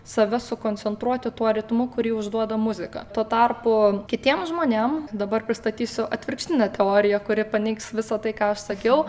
save sukoncentruoti tuo ritmu kurį užduoda muzika tuo tarpu kitiem žmonėm dabar pristatysiu atvirkštinę teoriją kuri paneigs visą tai ką aš sakiau